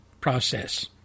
process